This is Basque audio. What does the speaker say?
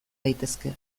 daitezke